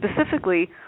specifically